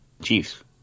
Chiefs